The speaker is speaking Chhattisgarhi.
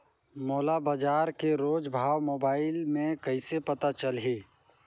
मोला बजार के रोज भाव मोबाइल मे कइसे पता चलही?